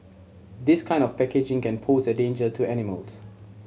this kind of packaging can pose a danger to animals